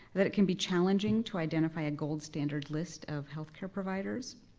that it can be challenging to identify a gold standard list of healthcare providers.